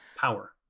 Power